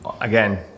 again